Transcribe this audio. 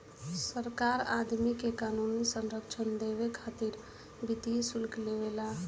सरकार आदमी के क़ानूनी संरक्षण देबे खातिर वित्तीय शुल्क लेवे ला